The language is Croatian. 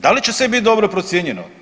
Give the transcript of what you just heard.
Da li će sve bit dobro procijenjeno?